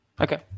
Okay